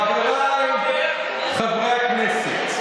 חבריך לקואליציה,